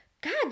God